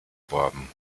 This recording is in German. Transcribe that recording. bourbon